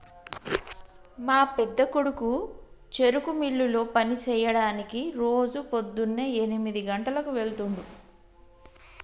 మా పెద్దకొడుకు చెరుకు మిల్లులో పని సెయ్యడానికి రోజు పోద్దున్నే ఎనిమిది గంటలకు వెళ్తుండు